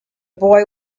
boy